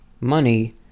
money